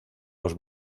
los